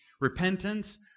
repentance